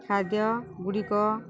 ଖାଦ୍ୟଗୁଡ଼ିକ